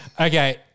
Okay